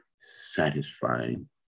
satisfying